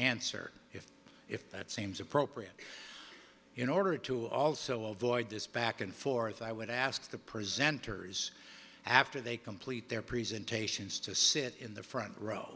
answer if if that seems appropriate in order to also avoid this back and forth i would ask the presenters after they complete their presentations to sit in the front row